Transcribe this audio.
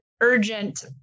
urgent